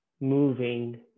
moving